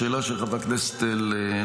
לשאלה של חברת הכנסת אלהרר,